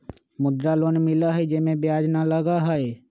मुद्रा लोन मिलहई जे में ब्याज न लगहई?